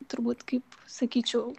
turbūt kaip sakyčiau